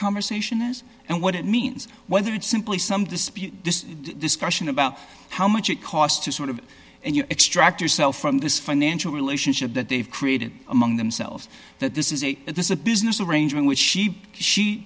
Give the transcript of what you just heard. conversation is and what it means whether it's simply some dispute this discussion about how much it cost to sort of and you extract yourself from this financial relationship that they've created among themselves that this is a this is a business arrangement which she she